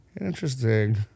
interesting